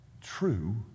true